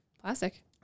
Plastic